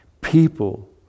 people